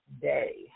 day